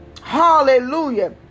hallelujah